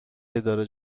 اداره